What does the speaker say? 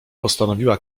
postanowiła